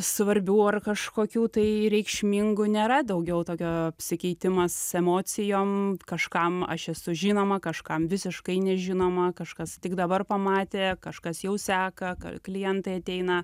svarbių ar kažkokių tai reikšmingų nėra daugiau tokio apsikeitimas emocijom kažkam aš esu žinoma kažkam visiškai nežinoma kažkas tik dabar pamatė kažkas jau seka ka klientai ateina